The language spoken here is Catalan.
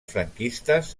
franquistes